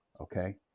Okay